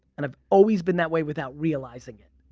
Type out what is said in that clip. and i've always been that way without realizing it.